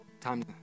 time